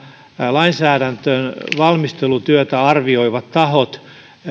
lainsäädäntövalmistelutyötä arvioivat tahot